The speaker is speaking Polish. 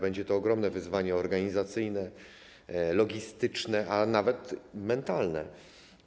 Będzie to ogromne wyzwanie organizacyjne, logistyczne, a nawet mentalne.